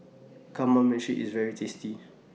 Kamameshi IS very tasty